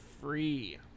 free